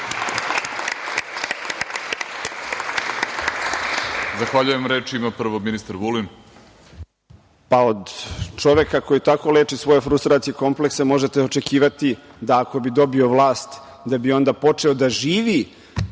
Zahvaljujem. Reč ima prvo ministar Vulin. **Aleksandar Vulin** Od čoveka koji tako leči svoje frustracije i komplekse možete očekivati da ako bi dobio vlast da bi onda počeo da živi,